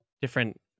different